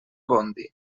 bondy